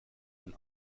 when